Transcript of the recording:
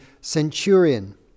centurion